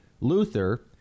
Luther